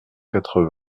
quatre